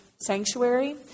sanctuary